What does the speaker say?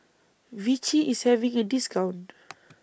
Vichy IS having A discount